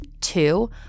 Two